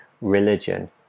religion